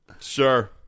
Sure